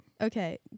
Okay